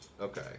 Okay